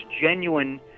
genuine